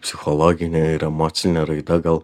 psichologinė ir emocinė raida gal